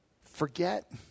forget